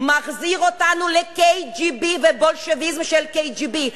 מחזיר אותנו לקג"ב ולבולשביזם של הקג"ב,